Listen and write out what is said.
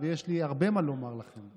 ויש לי הרבה מה לומר לכם.